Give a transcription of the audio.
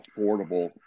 affordable